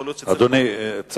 יכול להיות שצריך, אדוני, א.